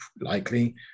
likely